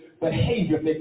behavior